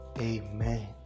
amen